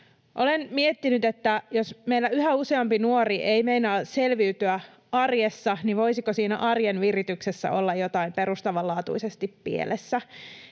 Olen miettinyt, että jos meillä yhä useampi nuori ei meinaa selviytyä arjessa, niin voisiko siinä arjen virityksessä olla jotain perustavanlaatuisesti pielessä.